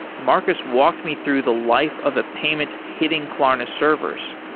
marcus walked me through the life of a payment hitting klarna servers,